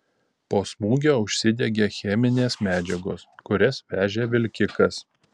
po smūgio užsidegė cheminės medžiagos kurias vežė vilkikas